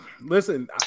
Listen